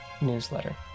newsletter